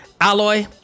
alloy